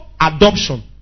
adoption